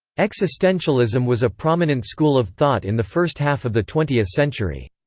existentialism was a prominent school of thought in the first half of the twentieth century.